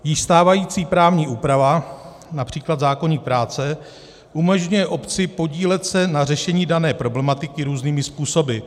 Již stávající právní úprava, např. zákoník práce, umožňuje obci podílet se na řešení dané problematiky různými způsoby.